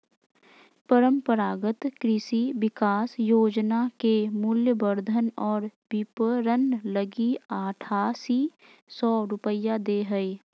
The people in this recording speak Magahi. परम्परागत कृषि विकास योजना के मूल्यवर्धन और विपरण लगी आठासी सौ रूपया दे हइ